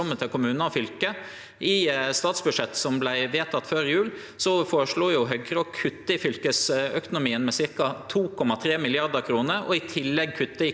til kommunar og fylke. I statsbudsjettet som vart vedteke før jul, føreslo Høgre å kutte i fylkesøkonomien med ca. 2,3 mrd. kr og i tillegg kutte i